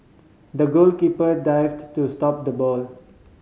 the goalkeeper dived to stop the ball